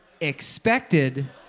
expected